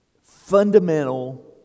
fundamental